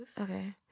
Okay